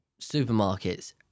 supermarkets